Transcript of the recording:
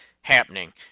happening